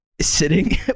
Sitting